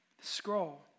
scroll